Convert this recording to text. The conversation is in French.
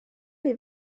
les